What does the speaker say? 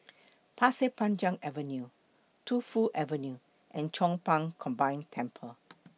Pasir Panjang Avenue Tu Fu Avenue and Chong Pang Combined Temple